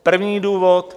První důvod.